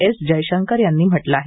S Jaishankar यांनी म्हटलं आहे